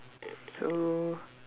so